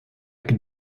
could